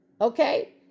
Okay